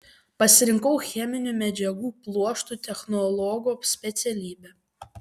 pasirinkau cheminių medžiagų pluoštų technologo specialybę